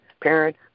parent